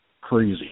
crazy